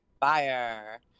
fire